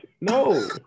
No